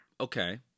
Okay